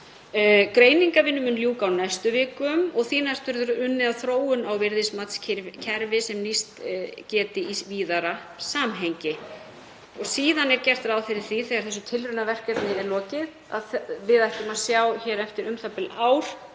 Greiningarvinnu mun ljúka á næstu vikum og því næst verður unnið að þróun á virðismatskerfi sem nýst geti í víðara samhengi. Síðan er gert ráð fyrir því, þegar þessu tilraunaverkefni er lokið, að við ættum að sjá hér eftir u.þ.b. ár